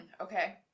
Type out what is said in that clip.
okay